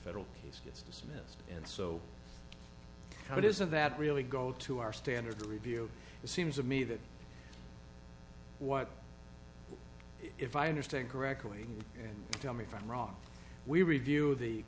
federal case gets dismissed and so how does that really go to our standard to review it seems to me that what if i understand correctly and tell me from wrong we review the